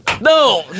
No